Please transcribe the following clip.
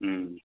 उम